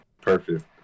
perfect